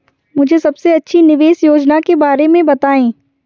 मुझे सबसे अच्छी निवेश योजना के बारे में बताएँ?